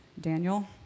Daniel